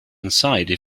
anxiety